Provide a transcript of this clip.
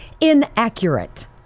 inaccurate